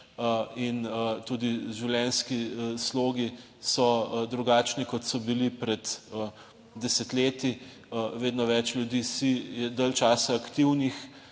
in tudi življenjski slogi so drugačni kot so bili pred desetletji, vedno več ljudi je dalj časa aktivnih,